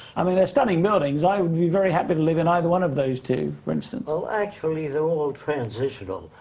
i mean, they are stunning buildings, i'd be very happy to live in either one of those two for instance. well, actually, they're all transitional.